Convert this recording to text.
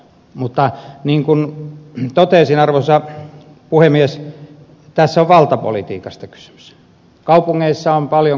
mutta niin kuin totesin arvoisa puhemies tässä on valtapolitiikasta kysymys